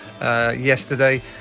yesterday